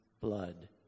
blood